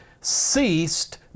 ceased